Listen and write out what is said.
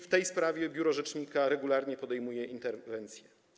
W tej sprawie biuro rzecznika regularnie podejmuje interwencje.